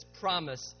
promise